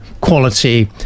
quality